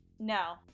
no